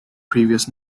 previous